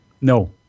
no